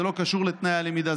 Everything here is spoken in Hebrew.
זה לא קשור לתנאי הלמידה,